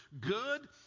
good